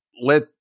let